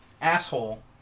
asshole